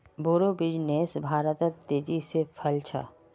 बोड़ो बिजनेस भारतत तेजी से फैल छ